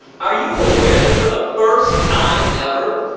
are you aware, that for the first time ever,